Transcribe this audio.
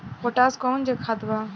Potash कोउन खाद बा?